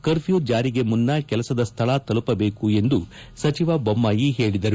curfew ಜಾರಿಗೆ ಮುನ್ನ ಕೆಲಸದ ಸ್ಥಳ ತಲುಪಬೇಕು ಎಂದು ಸಚಿವ ಬೊಮ್ನಾಯಿ ಹೇಳಿದರು